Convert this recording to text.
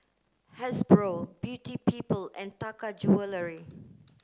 Hasbro Beauty People and Taka Jewelry